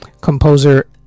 Composer